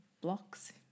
blocks